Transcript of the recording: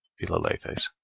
philalethes.